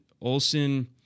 Olson